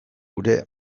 gure